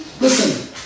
Listen